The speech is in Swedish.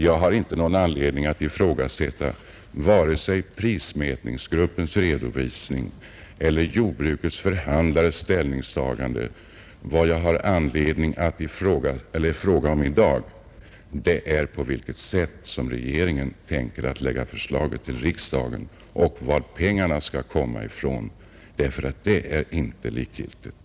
Jag har ingen anledning att ifrågasätta vare sig prismätningsgruppens redovisning eller jordbrukets förhandlares ställningstagande; vad jag i dag har frågat om är vilket förslag regeringen ämnar förelägga riksdagen och varifrån pengarna skall tas — det är inte likgiltigt.